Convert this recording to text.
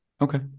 Okay